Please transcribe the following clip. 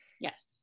Yes